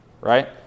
right